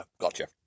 gotcha